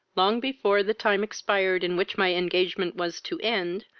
long before the time expired in which my engagement was to end,